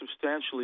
substantially